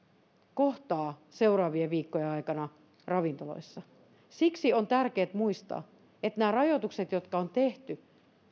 kohtaa seuraavien viikkojen aikana ravintoloissa siksi on tärkeätä muistaa että nämä rajoitukset jotka on tehty